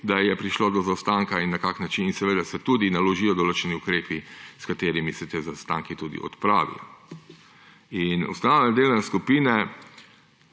da je prišlo do zaostanka in na kakšen način. Seveda se tudi naložijo določeni ukrepi, s katerimi se ti zaostanki tudi odpravijo. Ustanavljanje delovne skupine,